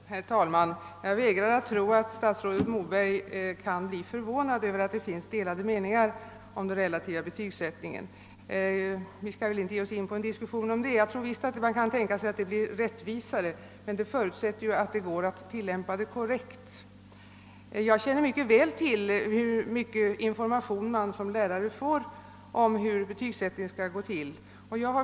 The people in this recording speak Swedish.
Herr talman! Jag vägrar tro att statsrådet Moberg kan bli förvånad över att det finns delade meningar om den relativa betygsättningen; men låt oss inte ta upp någon diskussion om den saken. Jag tror visst att den betygsättningen kan bli mera rättvis, men det förutsätter att den kan tillämpas korrekt. Jag känner väl till hur mycket information man får som lärare rörande hur betygsättningen skall gå till.